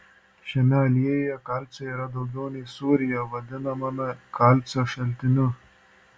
šiame aliejuje kalcio yra daugiau nei sūryje vadinamame kalcio šaltiniu